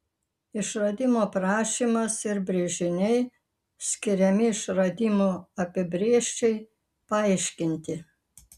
išradimo aprašymas ir brėžiniai skiriami išradimo apibrėžčiai paaiškinti